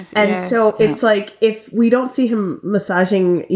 and so it's like if we don't see him massaging,